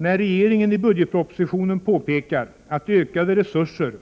När regeringen i budgetpropositionen påpekar att ökade resurser